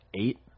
eight